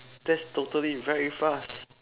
that's totally very fast